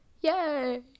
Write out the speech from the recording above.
yay